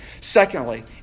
Secondly